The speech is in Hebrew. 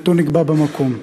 מותו נקבע במקום.